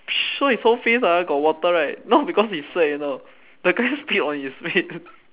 so his whole face ah got water right not because he sweat you know the guy just spit on his face